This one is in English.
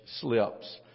slips